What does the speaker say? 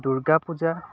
Durga Puja